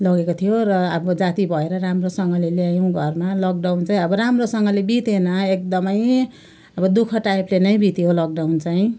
लगेको थियो र अब जाती भएर राम्रोसँगले ल्यायौँ घरमा लकडाउन चाहिँ अब राम्रोसँगले बितेन एकदमै अब दुःख टाइपले नै बित्यो लकडाउन चाहिँ